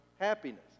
happiness